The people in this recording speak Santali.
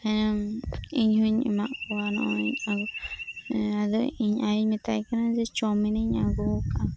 ᱦᱮᱸ ᱤᱧᱦᱚᱸᱧ ᱮᱢᱟᱫ ᱠᱚᱣᱟ ᱱᱚᱜᱼᱚᱭ ᱟᱫᱚ ᱤᱧ ᱟᱭᱳᱧ ᱢᱮᱛᱟᱭ ᱢᱮᱛᱟᱭ ᱠᱟᱱᱟᱹ ᱡᱮ ᱪᱟᱣᱢᱤᱱᱤᱧ ᱟᱹᱜᱩᱣᱟᱠᱟᱫᱟ